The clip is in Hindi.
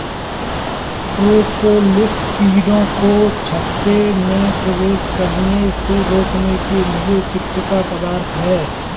प्रोपोलिस कीड़ों को छत्ते में प्रवेश करने से रोकने के लिए चिपचिपा पदार्थ है